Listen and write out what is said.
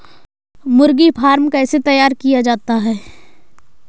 मुर्गी फार्म कैसे तैयार किया जाता है?